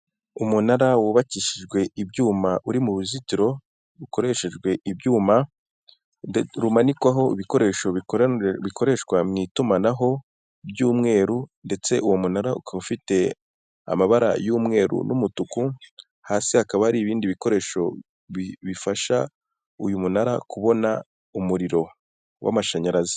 Umunara wubakishijwe ibyuma, uri mu ruzitiro rukoreshejwe ibyuma, rumanikwaho ibikoresho bikoreshwa mu itumanaho by'umweru, ndetse uwo munara ukaba ufite amabara y'umweru n'umutuku, hasi hakaba hari ibindi bikoresho bifasha uyu munara kubona umuriro w'amashanyarazi.